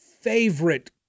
favorite